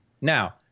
now